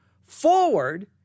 forward